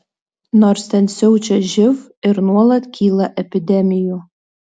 nors ten siaučia živ ir nuolat kyla epidemijų